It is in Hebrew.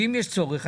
אם יש צורך,